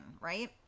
right